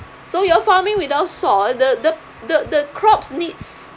so your farming without soil the the the the crops needs